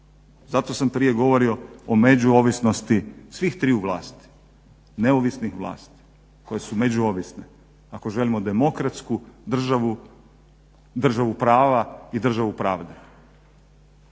Zato sam prije govorio o međuovisnosti svih triju vlasti, neovisnih vlasti koje su međuovisne. Ako želimo demokratsku državu, državu prava i državu pravde.